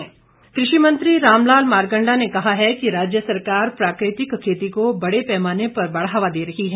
मारकंडा कृषि मंत्री रामलाल मारकंडा ने कहा है कि राज्य सरकार प्राकृतिक खेती को बड़े पैमाने पर बढ़ावा दे रही है